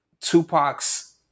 Tupac's